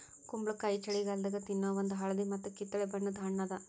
ಕುಂಬಳಕಾಯಿ ಛಳಿಗಾಲದಾಗ ತಿನ್ನೋ ಒಂದ್ ಹಳದಿ ಮತ್ತ್ ಕಿತ್ತಳೆ ಬಣ್ಣದ ಹಣ್ಣ್ ಅದಾ